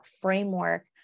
framework